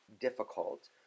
difficult